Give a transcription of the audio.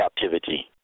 captivity